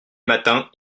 matins